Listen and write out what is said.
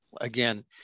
Again